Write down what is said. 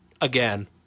again